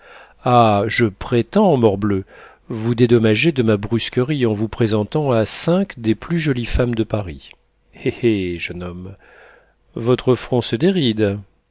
ah je prétends morbleu vous dédommager de ma brusquerie en vous présentant à cinq des plus jolies femmes de paris hé hé jeune homme votre front se déride